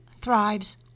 thrives